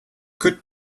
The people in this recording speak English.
could